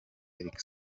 eric